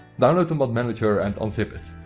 download the mod manager and unzip it.